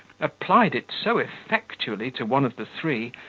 applied it so effectually to one of the three,